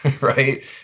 Right